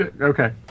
Okay